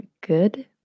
good